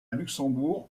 luxembourg